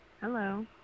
Hello